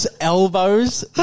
elbows